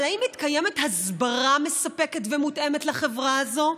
אבל האם מתקיימת הסברה מספקת ומותאמת לחברה הזו?